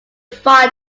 fire